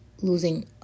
losing